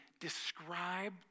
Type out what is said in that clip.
describe